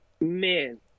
man